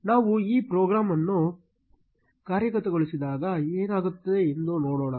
ನಾವು ಈ ಪ್ರೋಗ್ರಾಂ ಅನ್ನು ಕಾರ್ಯಗತಗೊಳಿಸಿದಾಗ ಏನಾಗುತ್ತದೆ ಎಂದು ನೋಡೋಣ